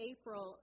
April